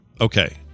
Okay